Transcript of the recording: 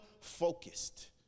focused